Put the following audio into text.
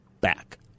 back